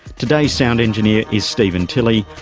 today's sound engineer is stephen tilley,